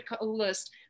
list